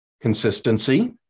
Consistency